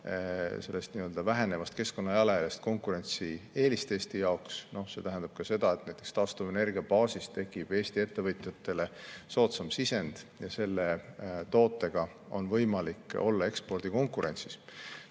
nii-öelda vähenevast keskkonnajalajäljest konkurentsieelist Eesti jaoks. See tähendab ka seda, et näiteks taastuvenergia baasil tekib Eesti ettevõtjatele soodsam sisend ja selle tootega on võimalik olla ekspordi puhul konkurentsis.